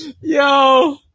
Yo